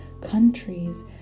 countries